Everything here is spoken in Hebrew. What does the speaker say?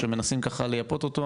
שמנסים ככה לייפות אותו,